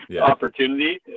opportunity